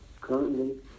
Currently